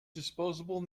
disposable